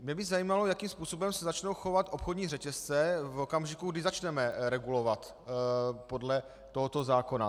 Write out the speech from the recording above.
Mě by zajímalo, jakým způsobem se začnou chovat obchodní řetězce v okamžiku, kdy začneme regulovat podle tohoto zákona.